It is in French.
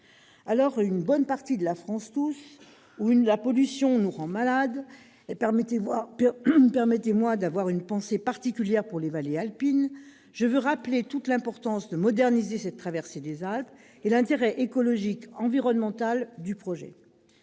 où une bonne partie de la France tousse, où la pollution nous rend malades- permettez-moi d'avoir une pensée particulière pour les vallées alpines -, je veux rappeler toute l'importance de la modernisation de cette traversée des Alpes, ainsi que l'intérêt écologique et environnemental du projet.